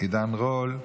עידן רול,